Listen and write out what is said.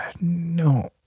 No